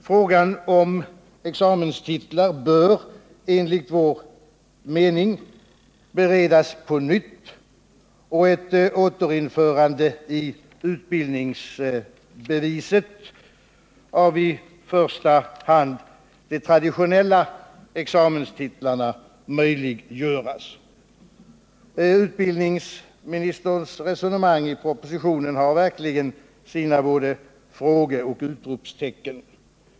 Frågan om examenstitlar bör enligt vår mening beredas på nytt och ett återinförande i utbildningsbeviset av i första hand de traditionella examenstitlarna möjliggöras. Utbildningsministerns resonemang i propositionen har verkligen sina både frågeoch utropstecken.